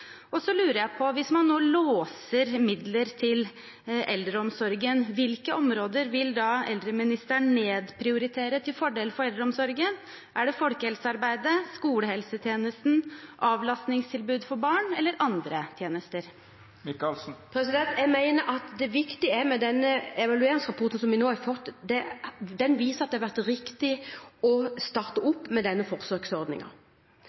Og så lurer jeg på: Hvis man nå låser midler til eldreomsorgen, hvilke områder vil eldreministeren da nedprioritere til fordel for eldreomsorgen? Er det folkehelsearbeidet, skolehelsetjenesten, avlastningstilbud for barn eller andre tjenester? Jeg mener at det viktige med den evalueringsrapporten som vi nå har fått, er at den viser at det var riktig å starte